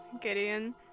Gideon